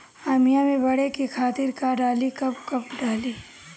आमिया मैं बढ़े के खातिर का डाली कब कब डाली?